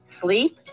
sleep